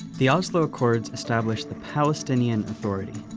the oslo accords establish the palestinian authority,